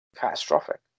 catastrophic